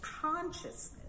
consciousness